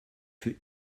für